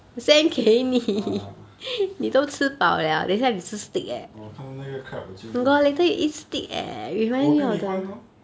ah 我看那个 crab 我就我跟你换 lor